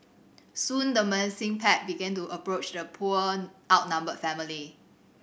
soon the menacing pack began to approach the poor outnumbered family